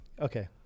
Okay